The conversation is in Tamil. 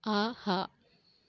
ஆஹா